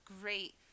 great